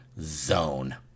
zone